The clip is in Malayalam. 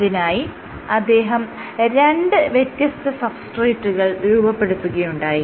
അതിനായി അദ്ദേഹം രണ്ട് വ്യത്യസ്ത സബ്സ്ട്രേറ്റുകൾ രൂപപ്പെടുത്തുകയുണ്ടായി